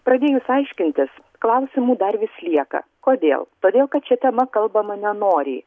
pradėjus aiškintis klausimų dar vis lieka kodėl todėl kad šia tema kalbama nenoriai